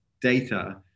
data